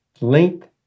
length